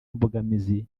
imbogamizi